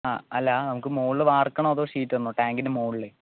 ആ അല്ലാ നമുക്ക് മുകളിൽ വാർക്കണോ അതോ ഷീറ്റ് ഇടണോ ടാങ്കിൻ്റെ മുകളിൽ